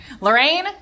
Lorraine